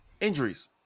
injuries